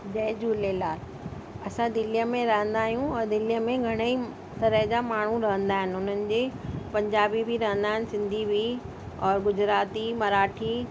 जय झुलेलाल असां दिल्लीअ में रहंदा आहियूं और दिल्लीअ में घणे तरह जा माण्हू रहंदा आहिनि उन्हनि जी पंजाबी बि रहंदा आहिनि सिंधी बि और गुजराती मराठी